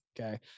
Okay